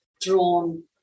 drawn